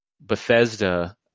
Bethesda